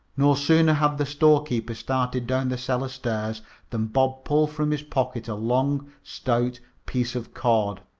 no sooner had the storekeeper started down the cellar stairs than bob pulled from his pocket a long, stout piece of cord.